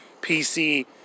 PC